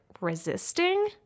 resisting